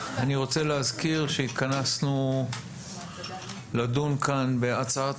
אני רוצה להזכיר שנתכנסנו לדון כאן בהצעת